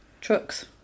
trucks